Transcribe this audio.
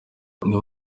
niyo